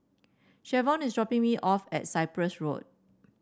Shavon is dropping me off at Cyprus Road